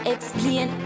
Explain